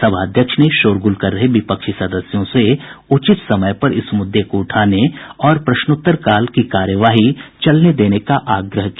सभाध्यक्ष ने शोरगूल कर रहे विपक्षी सदस्यों से उचित समय पर इस मुद्दे को उठाने और प्रश्नोत्तरकाल की कार्यवाही चलने देने का आग्रह किया